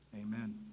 Amen